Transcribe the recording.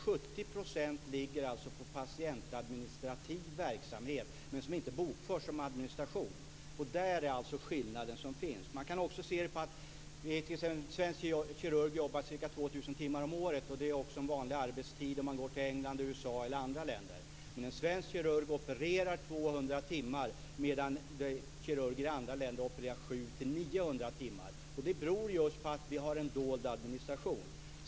70 % ligger alltså på patientadministrativ verksamhet men bokförs inte som administration. Däri ligger alltså skillnaden. En svensk kirurg jobbar ca 2 000 timmar om året. Det är också en vanlig arbetstid i England, USA eller andra länder. Men en svensk kirurg opererar 200 timmar, medan kirurger i andra länder opererar 700 900 timmar. Det beror just på att vi i Sverige har en dold administration.